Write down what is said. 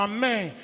Amen